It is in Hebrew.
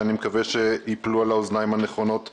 שאני מקווה שיפלו על האוזניים הנכונות והקשובות.